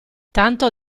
tanto